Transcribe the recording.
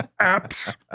apps